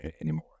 anymore